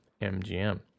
MGM